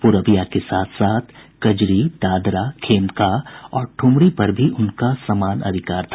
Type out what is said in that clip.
प्रबिया के साथ साथ कजरी दादरा खेमका और ठुमरी पर भी उनका समान अधिकार था